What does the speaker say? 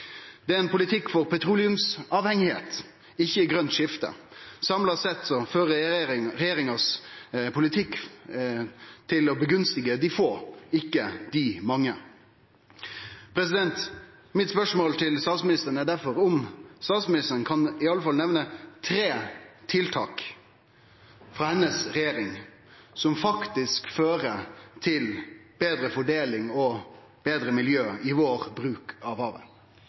Det er ein politikk for å vere avhengig av petroleum, ikkje for eit grønt skifte. Samla sett fører regjeringas politikk til favorisering av dei få, ikkje dei mange. Spørsmålet mitt til statsministeren er difor om ho i alle fall kan nemne tre tiltak frå regjeringa som faktisk fører til betre fordeling og betre miljø med omsyn til bruken av havet.